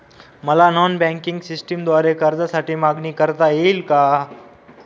मला non banking सिस्टमद्वारे कर्जासाठी मागणी करता येईल का?